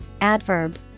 adverb